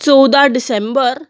चवदा डिसेंबर